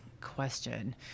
question